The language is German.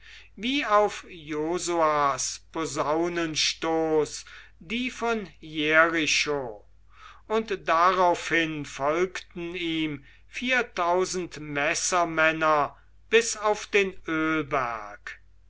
wie auf josuas posaunenstoß die von jericho und daraufhin folgten ihm messer bis auf den ölberg